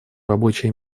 рабочие